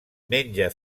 menja